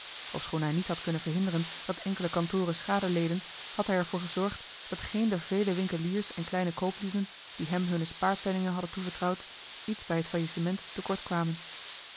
ofschoon hij niet had kunnen verhinderen dat enkele kantoren schade leden had hij er voor gezorgd dat geen der vele winkeliers en kleine kooplieden die hem hunne spaarpenningen hadden toevertrouwd iets bij het faillissement te kort kwamen